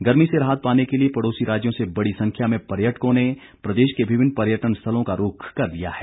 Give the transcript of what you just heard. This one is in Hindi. गर्मी से राहत पाने के लिए पड़ोसी राज्यों से बड़ी संख्या में पर्यटकों ने प्रदेश के विभिन्न पर्यटन स्थलों का रूख कर लिया है